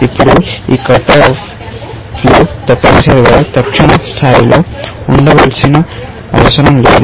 ఇప్పుడు ఈ కట్ ఆఫ్లు తప్పనిసరిగా తక్షణ స్థాయిలో ఉండవలసిన అవసరం లేదు